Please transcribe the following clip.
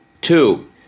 Two